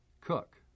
Cook